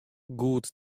goed